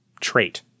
trait